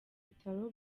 bitaro